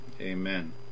amen